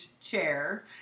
chair